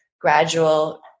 gradual